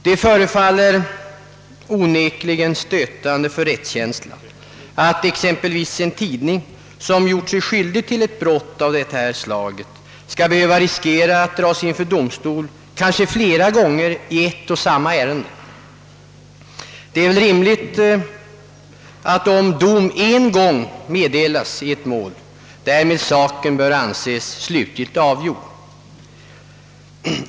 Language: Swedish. Det förefaller onekligen stötande för rättskänslan att exempelvis en tidning som gjort sig skyldig till ett brott av detta slag skall kunna behöva riskera att dras inför domstol flera gånger i ett och samma ärende. Det är väl rimligt att om dom en gång meddelas i ett mål, därmed saken bör anses slutligt avgjord.